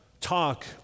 talk